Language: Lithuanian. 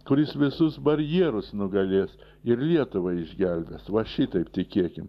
kuris visus barjerus nugalės ir lietuvą išgelbės va šitaip tikėkim